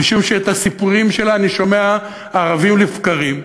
משום שאת הסיפורים שלה אני שומע ערבים לבקרים.